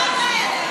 מה זה השטויות האלה?